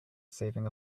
saving